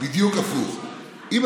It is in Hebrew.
ואז